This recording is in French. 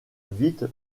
vite